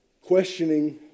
questioning